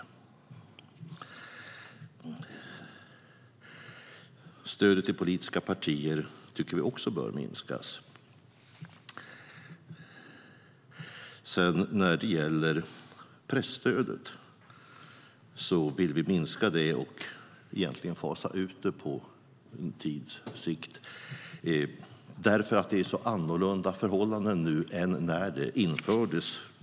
Vi tycker också att stödet till politiska partier bör minskas. När det gäller presstödet vill vi minska det och fasa ut det på sikt, för förhållandena är annorlunda nu än när det infördes.